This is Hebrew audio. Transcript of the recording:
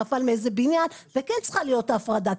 נפל מאיזה בניין וכן צריכה להיות הפרדה,